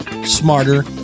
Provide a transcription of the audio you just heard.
Smarter